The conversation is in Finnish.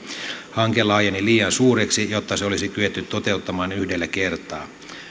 hanke laajeni liian suureksi jotta se olisi kyetty toteuttamaan yhdellä kertaa